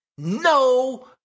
No